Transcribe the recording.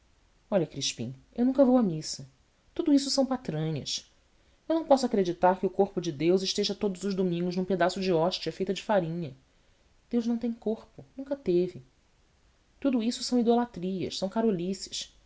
firme olha crispim eu nunca vou à missa tudo isso são patranhas eu não posso acreditar que o corpo de deus esteja todos os domingos num pedaço de hóstia feita de farinha deus não tem corpo nunca teve tudo isso são idolatrias são